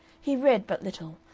he read but little,